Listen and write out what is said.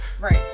Right